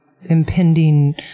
impending